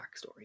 backstory